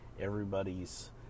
everybody's